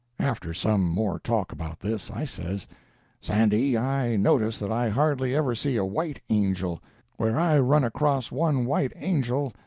after some more talk about this, i says sandy, i notice that i hardly ever see a white angel where i run across one white angel,